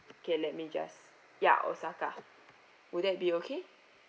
okay let me just ya osaka would that be okay